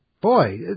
Boy